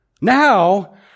Now